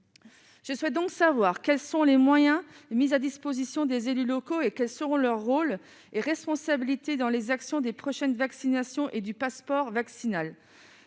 Je souhaite donc savoir quels sont les moyens mis à disposition des élus locaux et quels seront leurs rôles et responsabilités dans les actions des prochaines vaccinations et du passeport vaccinal,